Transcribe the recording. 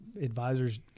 advisors